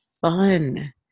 fun